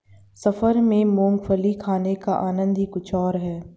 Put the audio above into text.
सफर में मूंगफली खाने का आनंद ही कुछ और है